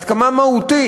עד כמה מהותי,